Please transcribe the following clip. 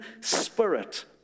spirit